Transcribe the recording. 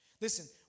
listen